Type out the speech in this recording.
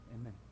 amen